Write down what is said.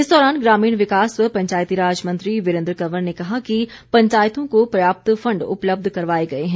इस दौरान ग्रामीण विकास व पंचायतीराज मंत्री वीरेंद्र कंवर ने कहा कि पंचायतों को पर्याप्त फंड उपलब्ध करवाए गए हैं